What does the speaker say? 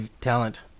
Talent